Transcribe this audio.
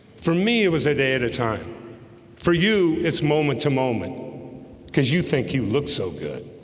for me it was a day at a time for you, it's moment to moment because you think you look so good